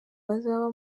bazaba